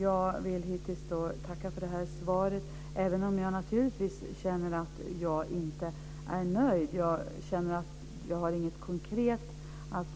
Jag vill tacka för svaret, även om jag naturligtvis känner att jag inte är nöjd. Jag känner att jag inte har något konkret att